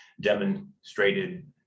demonstrated